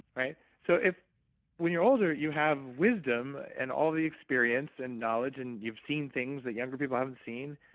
right? so, if when you're older you have wisdom and all the experience and knowledge, and you've seen things that younger people haven't seen,